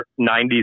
90s